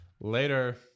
Later